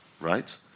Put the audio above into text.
right